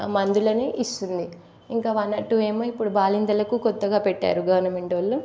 మందులను ఇస్తుంది ఇంకా వన్ నాట్ టూ ఏమో ఇప్పుడు బాలింతలకు కొత్తగా పెట్టారు గవర్నమెంట్ వాళ్ళు